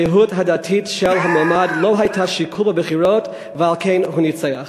הזהות הדתית של המועמד לא הייתה שיקול בבחירות ועל כן הוא ניצח.